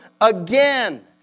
again